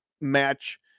match